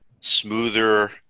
smoother